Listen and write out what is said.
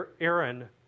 Aaron